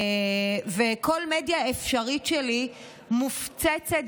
כל מדיה אפשרית שלי מופצצת